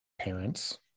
parents